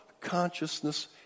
consciousness